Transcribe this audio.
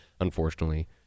unfortunately